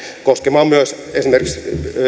koskemaan myös esimerkiksi